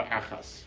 achas